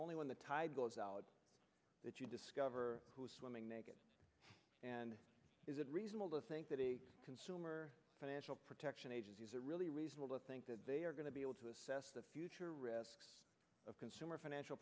only when the tide goes out that you discover who is swimming naked and is it reasonable to think that a consumer financial protection agency is a really reasonable to think that they are going to be able to assess the future risk of consumer financial